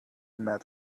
met